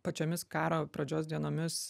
pačiomis karo pradžios dienomis